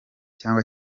cyangwa